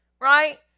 right